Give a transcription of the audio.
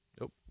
Nope